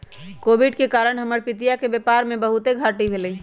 Covid के कारण हमर पितिया के व्यापार में बहुते घाट्टी भेलइ